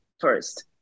first